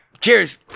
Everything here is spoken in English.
cheers